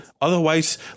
Otherwise